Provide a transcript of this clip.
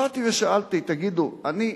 באתי ושאלתי: תגידו, באמת,